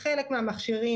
לחלק מהמכשירים,